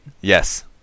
Yes